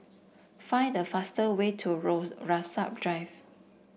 find the fast way to Rose Rasok Drive